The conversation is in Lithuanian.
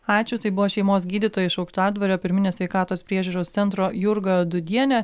ačiū tai buvo šeimos gydytoja iš aukštadvario pirminės sveikatos priežiūros centro jurga dūdienė